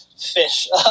fish